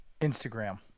Instagram